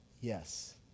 Yes